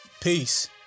Peace